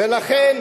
ולכן,